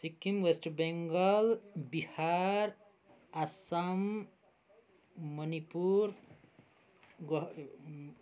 Sikkim West Bengal Bihar Assam Manipur Goa